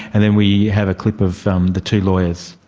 and then we have a clip of um the two lawyers,